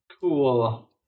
Cool